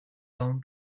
down